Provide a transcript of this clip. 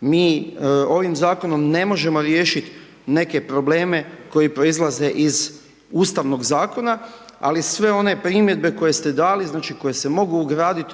Mi ovim zakonom ne možemo riješiti neke probleme koji proizlaze iz Ustavnog zakona ali sve one primjedbe koje ste dali znači koje se mogu ugradit